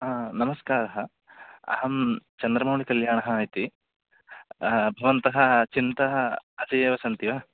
हा नमस्कारः अहं चन्द्रमौळिकल्याणः इति भवन्तः चिन्तः असि एव सन्ति वा